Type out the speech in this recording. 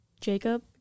Jacob